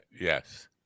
Yes